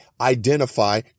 identify